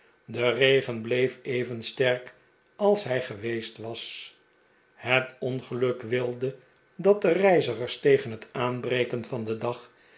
de regen bleef even sterk als hij geweest was het ongeluk wilde dat de reizigers tegen het aanbreken van den dag